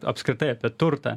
apskritai apie turtą